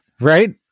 Right